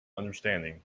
understanding